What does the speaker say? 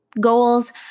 Goals